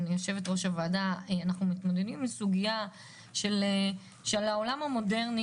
עם סוגיה של העולם המודרני,